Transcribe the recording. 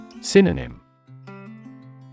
Synonym